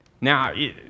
Now